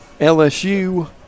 LSU